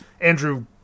andrew